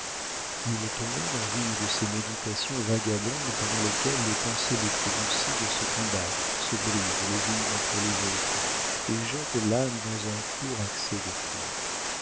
il tomba dans une de ces méditations vagabondes pendant lesquelles les pensées les plus lucides se combattent se brisent les unes contre les autres et jettent l'âme dans un court accès de folie